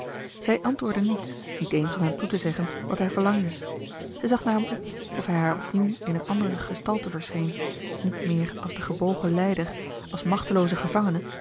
zij antwoordde niets niet eens om hem toe te zeggen wat hij verlangde zij zag naar hem op of hij haar opnieuw in eene andere gestalte verscheen niet meer als de gebogen lijder als machtelooze gevangene